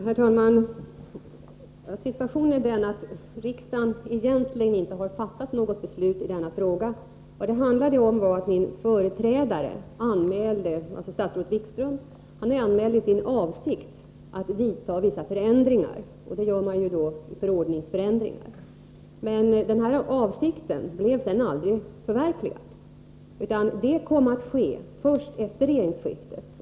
Herr talman! Situationen är den att riksdagen egentligen inte har fattat något beslut i denna fråga. Min företrädare, dåvarande statsrådet Wikström, anmälde sin avsikt att vidta vissa förändringar, och det var alltså då fråga om förordningsförändringar. Men denna hans avsikt blev sedan aldrig förverkligad, utan beslut om förändringarna kom att fattas först efter regeringsskiftet.